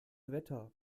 wetter